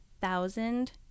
thousand